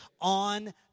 on